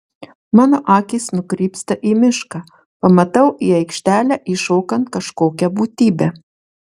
mano akys nukrypsta į mišką pamatau į aikštelę įšokant kažkokią būtybę